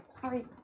sorry